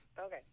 Okay